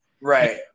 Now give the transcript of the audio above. Right